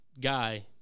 guy